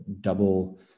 double